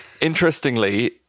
interestingly